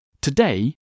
Today